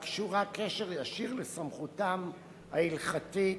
הקשור קשר ישיר לסמכותם ההלכתית-דתית.